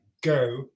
Go